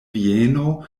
vieno